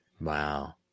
Wow